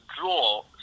draw